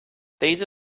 these